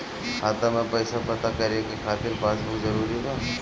खाता में पईसा पता करे के खातिर पासबुक जरूरी बा?